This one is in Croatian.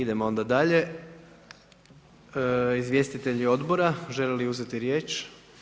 Idemo onda dalje, izvjestitelji odbora, želite li uzeti riječ?